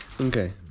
okay